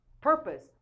purpose